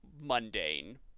mundane